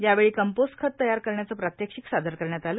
यावेळी कंपोस्ट खत तयार करण्याचं प्रात्याक्षिक सादर करण्यात आलं